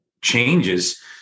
changes